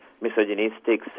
misogynistic